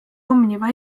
omniva